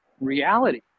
reality